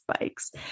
bikes